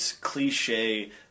cliche